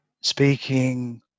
speaking